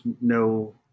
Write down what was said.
no